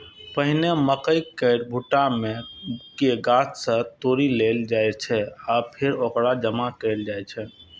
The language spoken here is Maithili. पहिने मकइ केर भुट्टा कें गाछ सं तोड़ि लेल जाइ छै आ फेर ओकरा जमा कैल जाइ छै